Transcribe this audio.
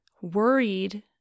worried